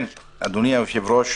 אדוני היושב-ראש,